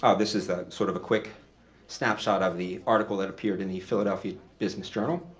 ah this is the sort of a quick snapshot of the article that appeared in the philadelphia business journal.